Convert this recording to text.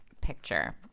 picture